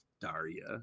Daria